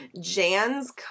Jan's